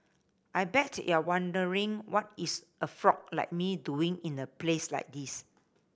I bet you're wondering what is a frog like me doing in a place like this